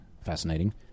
Fascinating